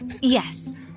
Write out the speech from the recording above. Yes